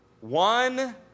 one